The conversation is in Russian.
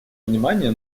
внимания